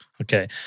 Okay